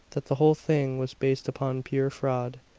that the whole thing was based upon pure fraud.